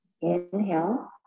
Inhale